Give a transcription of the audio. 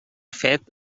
fet